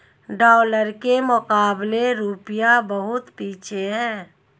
dollar के मुकाबले रूपया बहुत पीछे है